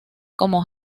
como